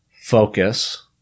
Focus